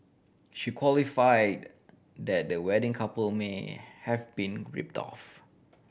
she qualified that the wedding couple may have been ripped off